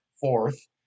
fourth